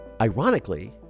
Ironically